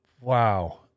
Wow